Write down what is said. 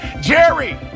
Jerry